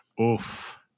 oof